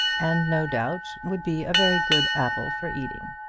and no doubt would be a very good apple for eating.